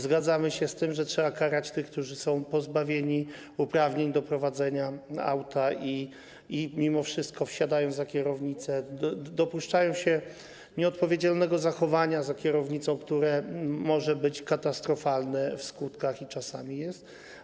Zgadzamy się z tym, że trzeba karać tych, którzy są pozbawieni uprawnień do prowadzenia auta i mimo wszystko wsiadają za kierownicę, dopuszczają się nieodpowiedzialnego zachowania za kierownicą, które może być katastrofalne w skutkach i czasami jest.